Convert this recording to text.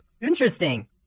interesting